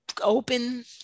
open